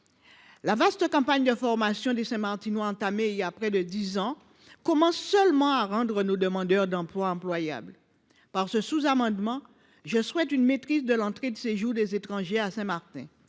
La vaste campagne de formation des Saint Martinois, entamée il y a près de dix ans, commence seulement à rendre employables nos demandeurs d’emploi. Par ce sous amendement, je souhaite que l’entrée et le séjour des étrangers à Saint Martin